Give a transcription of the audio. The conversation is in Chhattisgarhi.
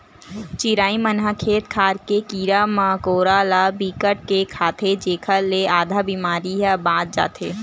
चिरई मन ह खेत खार के कीरा मकोरा ल बिकट के खाथे जेखर ले आधा बेमारी ह बाच जाथे